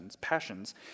passions